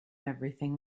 everything